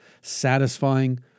satisfying